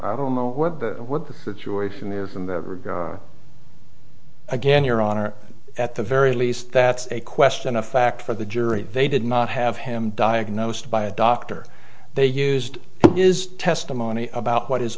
i don't know i don't know what the situation is in that regard again your honor at the very least that's a question of fact for the jury they did not have him diagnosed by a doctor they used is testimony about what his